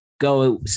go